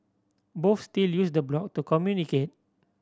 both still use the blog to communicate